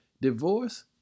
Divorce